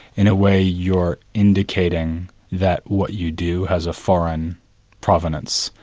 in a way you're indicating that what you do has a foreign provenance.